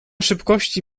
szybkości